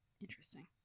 interesting